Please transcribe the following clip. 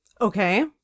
Okay